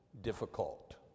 difficult